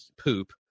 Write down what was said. poop